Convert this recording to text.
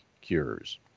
cures